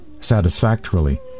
satisfactorily